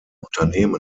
unternehmen